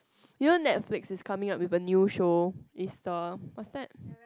you know Netflix is coming up a new show is the what's that